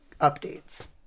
updates